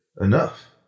enough